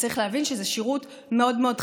צריך להבין שזה שירות מאוד מאוד חיוני.